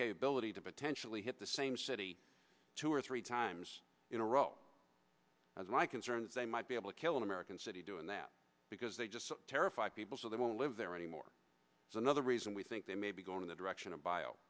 capability to potentially hit the same city two or three times in a row as my concerns they might be able to kill an american city doing that because they just terrify people so they don't live there anymore is another reason we think they may be going in the direction of